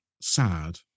sad